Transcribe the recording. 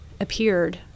appeared